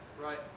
Right